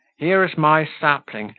here's my sapling,